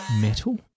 metal